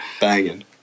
Banging